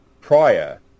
prior